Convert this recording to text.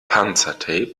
panzertape